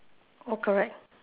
all correct